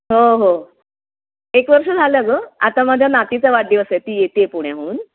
हो हो एक वर्ष झालं गं आता माझ्या नातीचा वाढदिवस आहे ती येते पुण्याहून